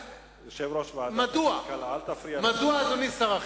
מדוע, אדוני שר החינוך?